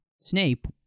Snape